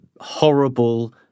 horrible